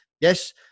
Yes